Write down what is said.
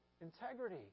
integrity